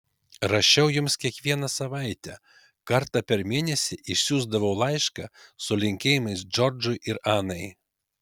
rašiau jiems kiekvieną savaitę kartą per mėnesį išsiųsdavau laišką su linkėjimais džordžui ir anai